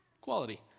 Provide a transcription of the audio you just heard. quality